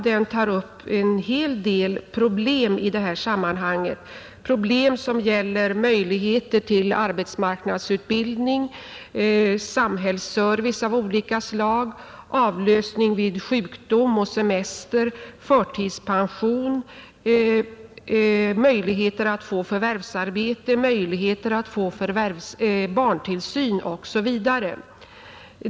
Den tar upp en hel del problem i det här sammanhanget, problem som gäller möjligheter till arbetsmarknadsutbildning, samhällsservice av olika slag, avlösning vid sjukdom och semester, förtidspension, möjligheter att få förvärvsarbete, möjligheter att få barntillsyn osv.